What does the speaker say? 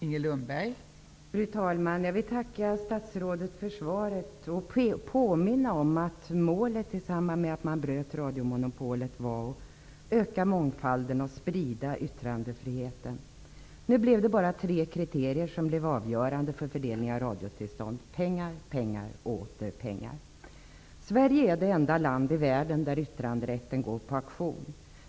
Fru talman! Jag vill tacka statsrådet för svaret. Jag vill också påminna om att målet, i samband med att man bröt radiomonopolet, var att öka mångfalden och sprida yttrandefriheten. Nu var det bara tre kriterier som blev avgörande vid fördelningen av radiotillstånd: pengar, pengar och åter pengar. Sverige är det enda land i världen där yttranderätten går på auktion.